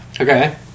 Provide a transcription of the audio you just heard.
Okay